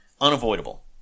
unavoidable